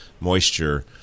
moisture